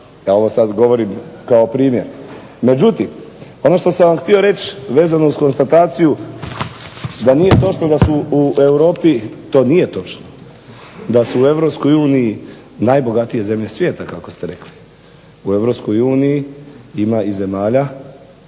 Ja ovo sad govorim kao primjer. Međutim, ono što sam vam htio reći vezano uz konstataciju da nije točno da su u Europi, to nije točno, da su u Europskoj uniji najbogatije zemlje svijeta kako ste rekli. U Europskoj uniji ima i zemalja